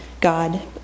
God